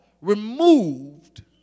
removed